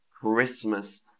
Christmas